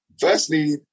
Firstly